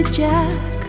jack